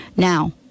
Now